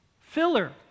filler